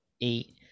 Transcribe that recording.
eight